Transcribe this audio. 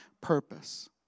purpose